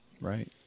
right